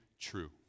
true